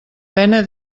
pena